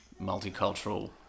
multicultural